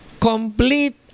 complete